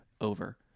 over